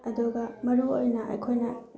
ꯑꯗꯨꯒ ꯃꯔꯨ ꯑꯣꯏꯅ ꯑꯩꯈꯣꯏꯅ